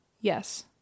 Yes